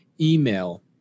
email